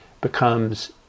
becomes